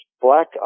black